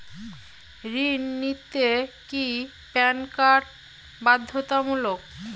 ঋণ নিতে কি প্যান কার্ড বাধ্যতামূলক?